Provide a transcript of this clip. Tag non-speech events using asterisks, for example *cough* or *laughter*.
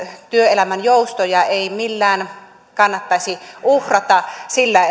työelämän joustoja ei millään kannattaisi uhrata sillä *unintelligible*